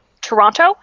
Toronto